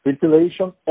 ventilation